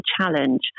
challenge